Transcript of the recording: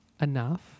enough